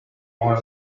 more